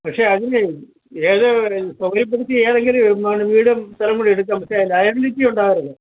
പക്ഷേ അതിനെ ഏത് വരെ ഇപ്പോൾ ലയബലിറ്റി ഏതെങ്കിലും വീടും സ്ഥലവും കൂടി എടുക്കാം പക്ഷേ ലയബിലിറ്റി ഉണ്ടാകോ